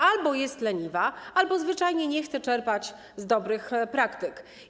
Albo jest leniwa, albo zwyczajnie nie chce czerpać z dobrych praktyk.